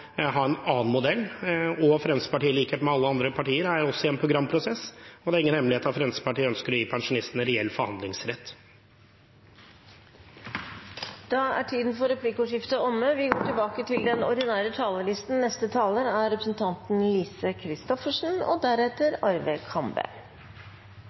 Fremskrittspartiet, i likhet med alle andre partier, er også i en programprosess, og det er ingen hemmelighet at Fremskrittspartiet ønsker å gi pensjonistene reell forhandlingsrett. Replikkordskiftet er omme. Som det står i meldinga, handler den om regulering av pensjoner fra 1. mai 2016. I dag skriver vi